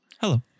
Hello